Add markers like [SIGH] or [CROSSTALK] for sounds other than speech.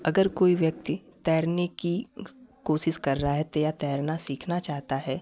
अगर कोई व्यक्ति तैरने कि [UNINTELLIGIBLE] कोशिश कर रहा है या तैरना सीखना चाहता है